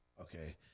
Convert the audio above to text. Okay